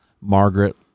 Margaret